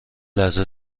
لحظه